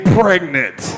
pregnant